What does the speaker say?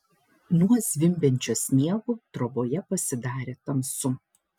nuo zvimbiančio sniego troboje pasidarė tamsu